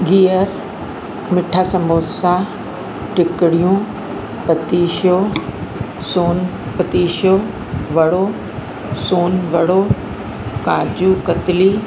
घीयर मिठा संबोसा टिकिड़ियूं पतीशो सोन पतीशो वड़ो सोन वड़ो काजू कतिली